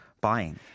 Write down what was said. buying